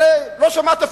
הרי לא שמעתי,